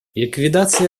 ликвидация